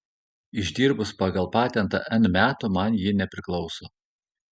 išdirbus pagal patentą n metų man ji nepriklauso